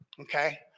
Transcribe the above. okay